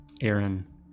Aaron